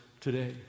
today